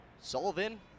Sullivan